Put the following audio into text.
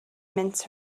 mince